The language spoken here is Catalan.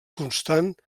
constant